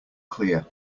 clear